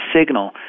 signal